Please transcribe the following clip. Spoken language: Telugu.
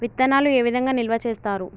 విత్తనాలు ఏ విధంగా నిల్వ చేస్తారు?